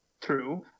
true